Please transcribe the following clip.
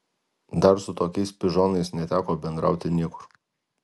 dar su tokiais pižonais neteko bendrauti niekur